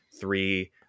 three